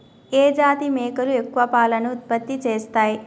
ఏ జాతి మేకలు ఎక్కువ పాలను ఉత్పత్తి చేస్తయ్?